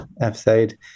episode